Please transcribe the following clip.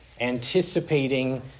anticipating